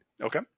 Okay